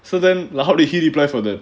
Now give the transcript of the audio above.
so then like how did he reply for that